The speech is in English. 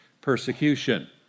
persecution